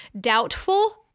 doubtful